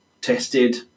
tested